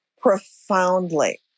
profoundly